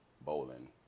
bowling